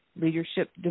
leadership